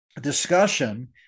discussion